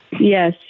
Yes